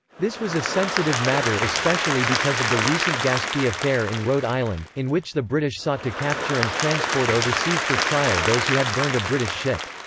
this was a sensitive matter especially because of the recent gaspee affair in rhode island, in which the british sought to capture and transport overseas for trial those who had burned a british ship.